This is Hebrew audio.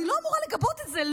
אני לא אמורה לגבות את זה,